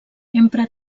empra